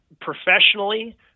Professionally